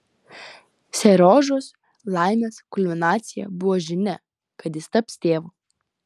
seriožos laimės kulminacija buvo žinia kad jis taps tėvu